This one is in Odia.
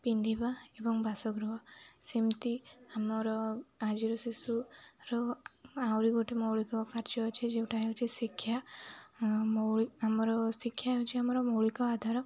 ପିନ୍ଧିବା ଏବଂ ବାସଗୃହ ସେମିତି ଆମର ଆଜିର ଶିଶୁର ଆହୁରି ଗୋଟେ ମୌଳିକ କାର୍ଯ୍ୟ ଅଛି ଯେଉଁଟା ହେଉଛି ଶିକ୍ଷା ଆମର ଶିକ୍ଷା ହେଉଛି ଆମର ମୌଳିକ ଆଧାର